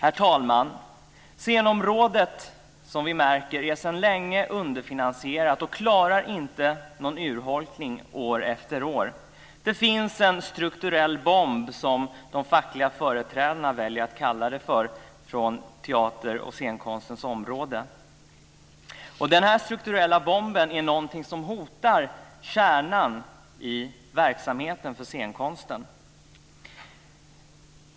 Herr talman! Scenområdet är, som vi märker, sedan länge underfinansierat och klarar inte någon urholkning år efter år. Det finns en strukturell bomb, som de fackliga företrädarna väljer att kalla det för, på teaterns och scenkonstens område. Den här strukturella bomben är någonting som hotar kärnan i verksamheten för scenkonsten.